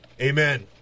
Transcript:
Amen